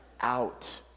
out